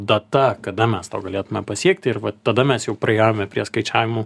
data kada mes to galėtume pasiekti ir vat tada mes jau priėjome prie skaičiavimų